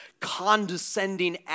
condescending